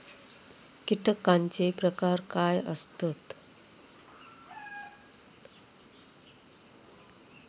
कीटकांचे प्रकार काय आसत?